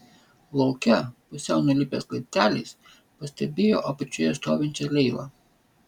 lauke pusiau nulipęs laipteliais pastebėjo apačioje stovinčią leilą